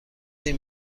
این